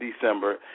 December